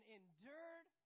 endured